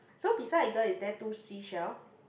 so beside the girl is there two seashell